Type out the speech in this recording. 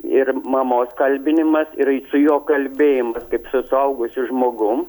ir mamos kalbinimas ir su juo kalbėjimas kaip su suaugusiu žmogum